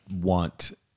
want